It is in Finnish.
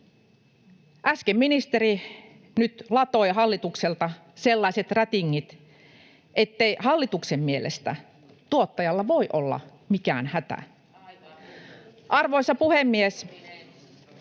Äsken ministeri latoi hallitukselta sellaiset rätingit, ettei hallituksen mielestä tuottajalla voi olla mikään hätä. [Leena Meri: